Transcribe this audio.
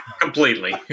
completely